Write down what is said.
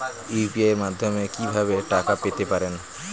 UPI মাধ্যমে কি ভাবে টাকা পেতে পারেন?